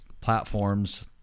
platforms